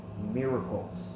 miracles